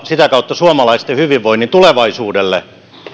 sitä kautta suomalaisten hyvinvoinnin tulevaisuudelle